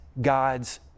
God's